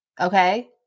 okay